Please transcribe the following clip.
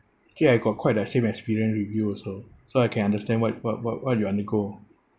okay I got quite a same experience with you also so I can understand what what what what you undergo